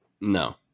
No